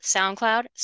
SoundCloud